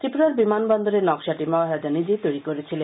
ত্রিপুরার বিমানবন্দরের নক্সাটি মহারাজা নিজেই তৈরী করেছিলেন